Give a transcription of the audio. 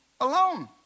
alone